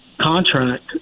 contract